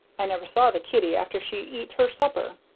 i never saw the kitty after she eat her supper.